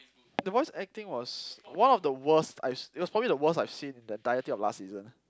the voice acting was one of the worst I've it was probably the worst I've seen in the entirety of last season